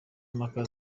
impaka